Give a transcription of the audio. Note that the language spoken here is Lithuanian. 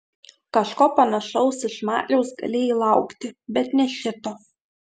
kažko panašaus iš mariaus galėjai laukti bet ne šito